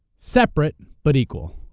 separate but equal?